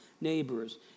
neighbors